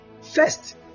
first